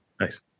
Nice